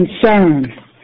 concern